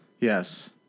Yes